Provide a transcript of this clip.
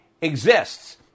exists